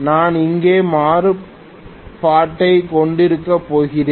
நான் இங்கே மாறுபாட்டைக் கொண்டிருக்கப் போகிறேன்